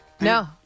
No